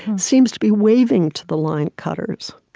seems to be waving to the line cutters.